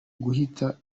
guhita